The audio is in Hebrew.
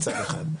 מצד אחד.